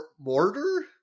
Mortar